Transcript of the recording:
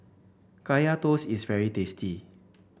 Kaya Toast is very tasty